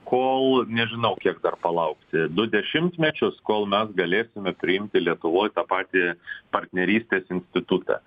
kol nežinau kiek dar palaukti du dešimtmečius kol mes galėsime priimti lietuvoj tą patį partnerystės institutą